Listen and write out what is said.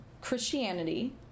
Christianity